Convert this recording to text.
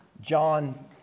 John